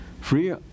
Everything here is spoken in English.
free